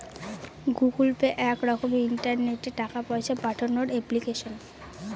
Google Pay এক রকমের ইন্টারনেটে টাকা পয়সা পাঠানোর এপ্লিকেশন